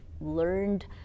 learned